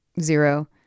zero